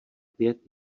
pět